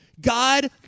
God